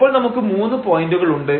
അപ്പോൾ നമുക്ക് മൂന്നു പോയന്റുകൾ ഉണ്ട്